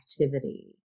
activity